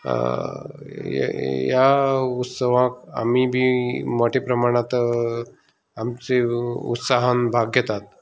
ह्या उत्सवांक आमीय बी मोठ्या प्रमाणांत आमचें उत्साहान भाग घेतात